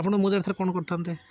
ଆପଣ ମୁଁ ଯାଗାରେ ଥିଲେ କଣ କରିଥାନ୍ତେ